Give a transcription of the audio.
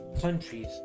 countries